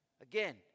again